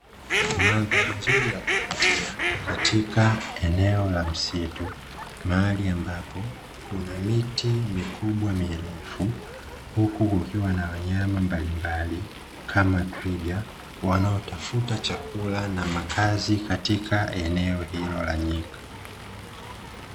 Mandhari nzuri ya kuvutia katika eneo la msitu mahali ambapo kuna miti mikubwa mirefu, huku kukiwa na wanyama mbalimbali kama twiga; wanaotafuta chakula na makazi katika eneo hilo la nyika.